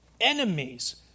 enemies